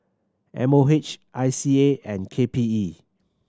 M O H I C A and K P E